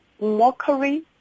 mockery